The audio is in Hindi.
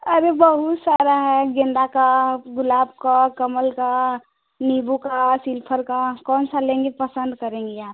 अरे बहुत सारा है गेंदा का गुलाब का और कमल का नींबू का सिलफर का कौन सा लेंगी पसंद करेंगी आप